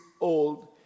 old